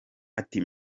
ati